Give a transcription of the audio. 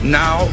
now